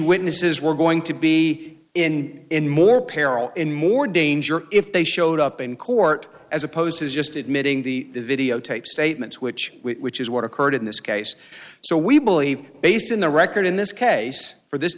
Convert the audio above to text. witnesses were going to be in in more peril in more danger if they showed up in court as opposed to just admitting the videotape statements which is what occurred in this case so we believe based on the record in this case for this